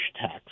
tax